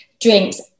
drinks